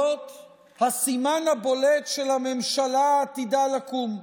הסימן הבולט של הממשלה העתידה לקום: